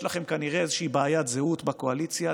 יש לכם כנראה איזושהי בעיית זהות בקואליציה,